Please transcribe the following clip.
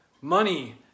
money